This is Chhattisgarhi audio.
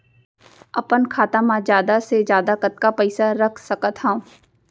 अपन खाता मा जादा से जादा कतका पइसा रख सकत हव?